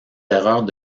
erreurs